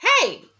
Hey